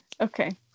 Okay